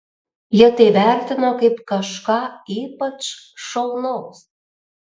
jie tai vertino kaip kažką ypač šaunaus